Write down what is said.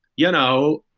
you know,